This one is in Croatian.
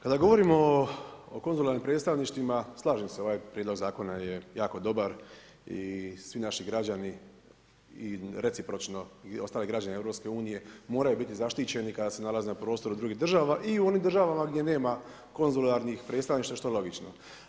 Kada govorimo o konzularnim predstavništvima, slažem se ovaj prijedlog zakona je jako dobar i svi naši građani i recipročno i ostali građani EU moraju biti zaštićeni kada se nalaze na prostoru drugih država i u onim državama gdje nema konzularnih predstavništva što je logično.